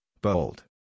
bold